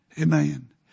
Amen